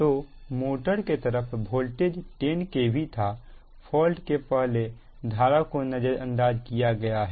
तो मोटर की तरफ वोल्टेज 10 KV था फॉल्ट के पहले धारा को नजरअंदाज किया गया है